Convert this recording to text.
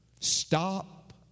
stop